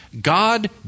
God